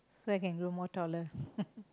so I can grow more taller